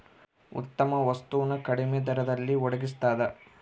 ಉತ್ತಮ ವಸ್ತು ನ ಕಡಿಮೆ ದರದಲ್ಲಿ ಒಡಗಿಸ್ತಾದ